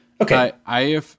Okay